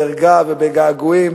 בערגה ובגעגועים,